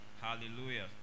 Hallelujah